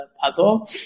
puzzle